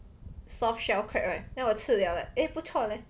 soft shell crab right then 我吃 liao like eh 不错 leh